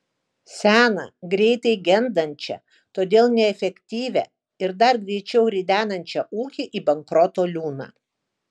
seną greitai gendančią todėl neefektyvią ir dar greičiau ridenančią ūkį į bankroto liūną